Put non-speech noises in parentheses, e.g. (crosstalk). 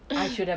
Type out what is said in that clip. (breath)